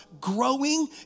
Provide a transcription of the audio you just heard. growing